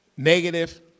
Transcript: Negative